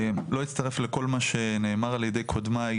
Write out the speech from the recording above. לא אצטרף לכל מה שנאמר על ידי קודמיי